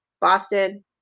Boston